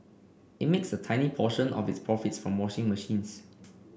it makes a tiny proportion of its profits from washing machines